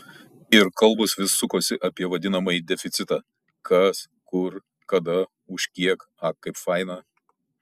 ir kalbos vis sukosi apie vadinamąjį deficitą kas kur kada už kiek ak kaip faina